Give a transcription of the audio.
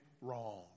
wrong